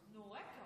בבקשה,